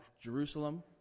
Jerusalem